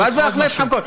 מה "זו אחלה התחמקות"?